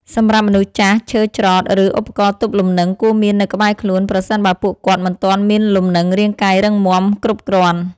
សម្រាប់មនុស្សចាស់ ឈើច្រត់ ឬឧបករណ៍ទប់លំនឹងគួរមាននៅក្បែរខ្លួន ប្រសិនបើពួកគាត់មិនទាន់មានលំនឹងរាងកាយរឹងមាំគ្រប់គ្រាន់។